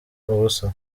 ubusa